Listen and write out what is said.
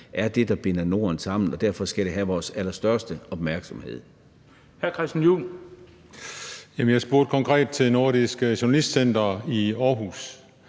er det, der binder Norden sammen, og derfor skal det have vores allerstørste opmærksomhed.